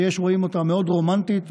שיש רואים בה מאוד רומנטית,